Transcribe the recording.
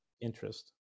interest